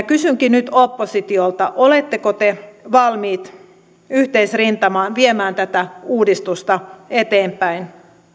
kysynkin nyt oppositiolta oletteko te valmiit yhteisrintamaan viemään tätä uudistusta eteenpäin